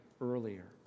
earlier